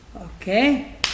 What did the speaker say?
Okay